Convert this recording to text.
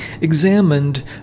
examined